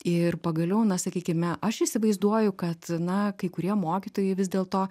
ir pagaliau na sakykime aš įsivaizduoju kad na kai kurie mokytojai vis dėlto